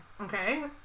Okay